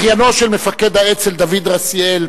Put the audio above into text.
אחיינו של מפקד האצ"ל דוד רזיאל,